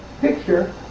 picture